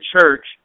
church